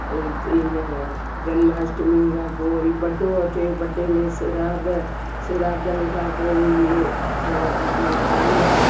ए इन जनमाष्टमी खां पोइ वरी बड्डो अचे बड्डे में सिराद सिरादनि खां पोइ इहे डांडिया